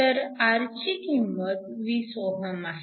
तर R ची किंमत 20 Ω आहे